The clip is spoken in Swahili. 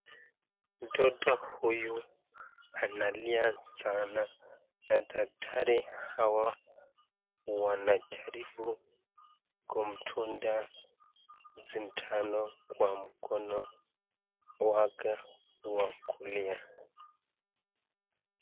Mtoto huyu analia sana na daktari hawa wanajaribu kumdunga sindano kwa mkono wake wa kulia.